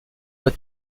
pas